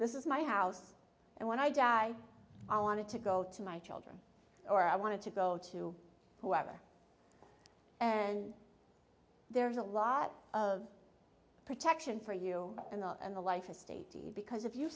this is my house and when i die i wanted to go to my children or i want to go to whoever and there's a lot of protection for you in the in the life estate because if you